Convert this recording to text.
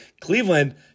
Cleveland